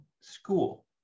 school